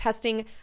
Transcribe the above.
testing